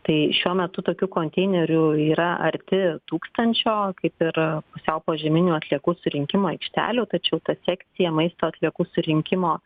tai šiuo metu tokių konteinerių yra arti tūkstančio kaip ir pusiau požeminių atliekų surinkimo aikštelių tačiau ta sekcija maisto atliekų surinkimo